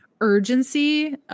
urgency